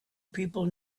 people